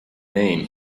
name